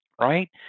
right